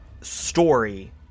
story